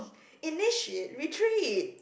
initiate retreat